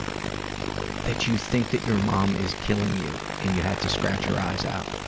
that you think that your mom is killing you, and you had to scratch her eyes out.